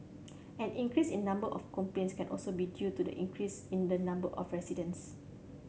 an increase in number of complaints can also be due to the increase in the number of residents